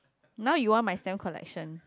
now you want my stamp collection